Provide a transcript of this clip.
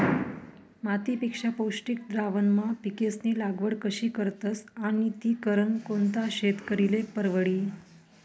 मातीपेक्षा पौष्टिक द्रावणमा पिकेस्नी लागवड कशी करतस आणि ती करनं कोणता शेतकरीले परवडी?